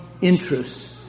interests